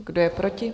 Kdo je proti?